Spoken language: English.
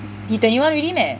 你 twenty one already meh